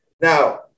Now